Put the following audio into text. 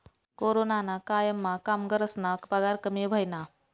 कोरोनाना कायमा कामगरस्ना पगार कमी व्हयना